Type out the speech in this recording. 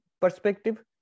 perspective